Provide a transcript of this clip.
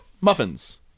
muffins